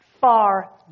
far